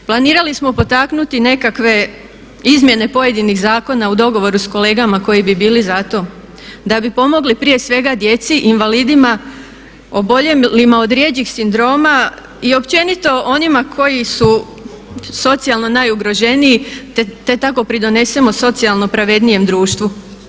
Planirali smo potaknuti nekakve izmjene pojedinih zakona u dogovoru s kolegama koji bi bili zato, da bi pomogli prije svega djeci i invalidima, oboljelima od rjeđih sindroma i općenito onima koji su socijalno najugroženiji, te tako pridonesemo socijalno pravednijem društvu.